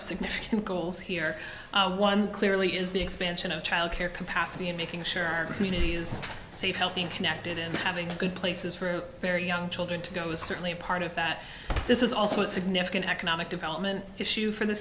of significant goals here one clearly is the expansion of childcare capacity and making sure our community is safe healthy and connected and having a good places for their young children to go is certainly a part of that this is also a significant economic development issue for the